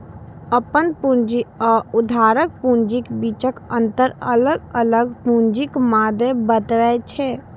अपन पूंजी आ उधारक पूंजीक बीचक अंतर अलग अलग पूंजीक मादे बतबै छै